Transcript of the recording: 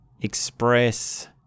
express